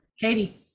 Katie